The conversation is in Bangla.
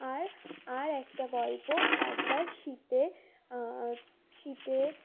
আর আর একটা গল্প একবার শীতে শীতে